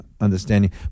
Understanding